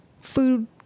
food